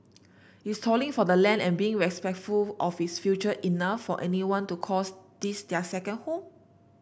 is toiling for the land and being respectful of its future enough for anyone to calls this their second home